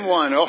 one